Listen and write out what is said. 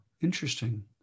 interesting